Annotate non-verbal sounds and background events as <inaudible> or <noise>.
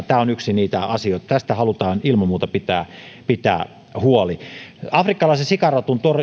<unintelligible> tämä on yksi niitä asioita josta halutaan ilman muuta pitää pitää huoli afrikkalaisen sikaruton